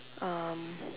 um